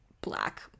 black